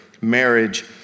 marriage